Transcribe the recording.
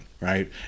right